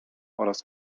oraz